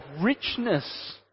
richness